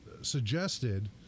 suggested